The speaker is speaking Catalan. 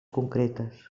concretes